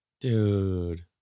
Dude